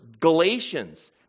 Galatians